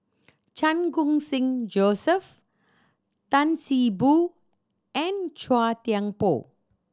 Chan Khun Sing Joseph Tan See Boo and Chua Thian Poh